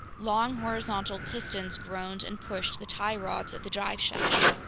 long horizontal pistons groaned and pushed the tie rods of the drive shaft.